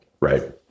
right